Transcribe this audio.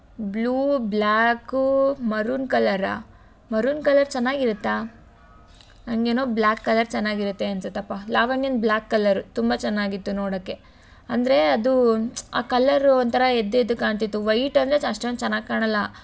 blue black maroon ಕಲ್ಲರ್ರಾ maroon colour ಚೆನ್ನಾಗಿರುತ್ತಾ ನನಗೇನೊ ಬ್ಲಾಕ್ ಕಲ್ಲರ್ ಚೆನ್ನಾಗಿರುತ್ತೆ ಅನಿಸುತ್ತಪ್ಪ ಲಾವಣ್ಯಂದು ಬ್ಲಾಕ್ ಕಲ್ಲರು ತುಂಬ ಚೆನ್ನಾಗಿತ್ತು ನೋಡೋಕೆ ಅಂದ್ರೆ ಅದು ಆ ಕಲ್ಲರು ಒಂಥರ ಎದ್ದು ಎದ್ದು ಕಾಣ್ತಿತ್ತು ವೈಟ್ ಅಂದರೆ ಚ ಅಷ್ಟೊಂದು ಚೆನ್ನಾಗಿ ಕಾಣಲ್ಲ